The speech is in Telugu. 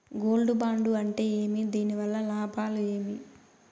గోల్డ్ బాండు అంటే ఏమి? దీని వల్ల లాభాలు ఏమి?